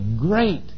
great